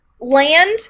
land